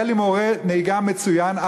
היה לי מורה נהיגה מצוין,